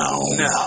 now